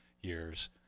years